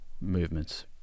movements